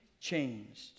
changed